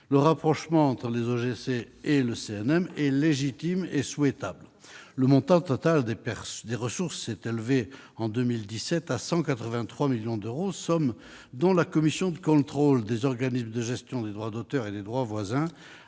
Le rapprochement entre les OGC et le CNM est légitime et souhaitable. Le montant total de ces ressources s'est élevé, en 2017, à 183 millions d'euros, somme dont la commission de contrôle des organismes de gestion des droits d'auteurs et des droits voisins